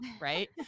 right